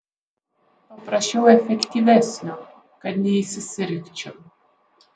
paprašiau efektyvesnio kad neįsisirgčiau